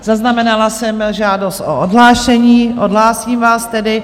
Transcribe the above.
Zaznamenala jsem žádost o odhlášení, odhlásím vás tedy.